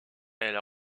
elle